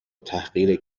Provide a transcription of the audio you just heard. تحقیر